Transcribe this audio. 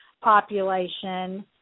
population